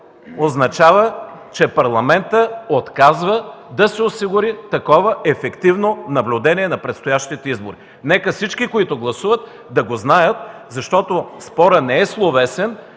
означава, че Парламентът отказва да се осигури такова ефективно наблюдение на предстоящите избори. Нека всички, които гласуват, да го знаят, защото спорът не е словесен